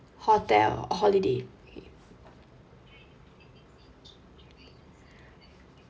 hotel holiday